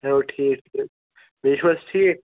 چلو ٹھیٖک ٹھیٖک بیٚیہِ چھُو حظ ٹھیٖک